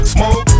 Smoke